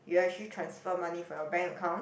you actually transfer money from your bank account